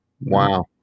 Wow